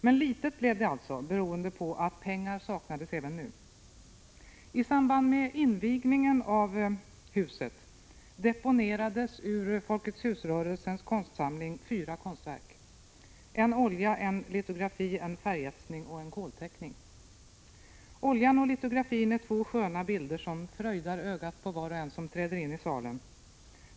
Men litet blev det alltså, beroende på att pengar saknades även i detta fall. I samband med invigningen av huset deponerades ur Folketshusrörelsens konstsamling fyra konstverk — en olja, en litografi, en färgetsning och en kolteckning. Oljan och litografin är två sköna bilder, som fröjdar ögat på var och en som träder in i salen.